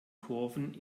kurven